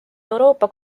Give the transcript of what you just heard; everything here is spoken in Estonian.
euroopa